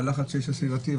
הלחץ הסביבתי,